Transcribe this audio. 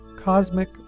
cosmic